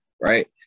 right